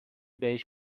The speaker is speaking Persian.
بهش